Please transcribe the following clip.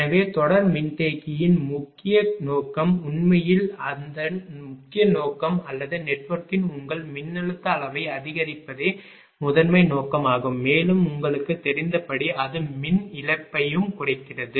எனவே தொடர் மின்தேக்கியின் முக்கிய நோக்கம் உண்மையில் அதன் முக்கிய நோக்கம் அல்லது நெட்வொர்க்கின் உங்கள் மின்னழுத்த அளவை அதிகரிப்பதே முதன்மை நோக்கமாகும் மேலும் உங்களுக்குத் தெரிந்தபடி அது மின் இழப்பையும் குறைக்கிறது